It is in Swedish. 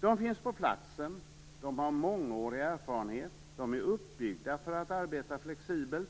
De finns på platsen, de har mångårig erfarenhet, de är uppbyggda för att arbeta flexibelt,